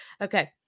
Okay